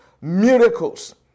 miracles